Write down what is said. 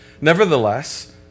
Nevertheless